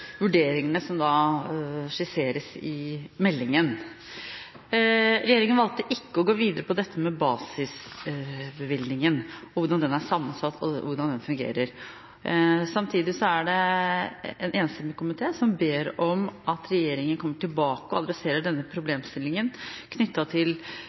vurderingene som skisseres i meldingen. Regjeringen valgte ikke å gå videre på dette med basisbevilgningen, hvordan den er sammensatt og hvordan den fungerer. Samtidig er det en enstemmig komité som ber om at regjeringen kommer tilbake og adresserer denne problemstillingen knyttet til